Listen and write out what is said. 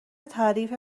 تعریف